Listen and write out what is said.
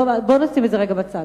בוא נשים את זה רגע בצד,